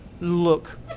look